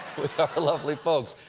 are lovely folks.